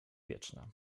wietrzna